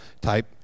type